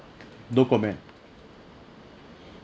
no comment